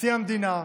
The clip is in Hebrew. נשיא המדינה,